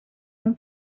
اون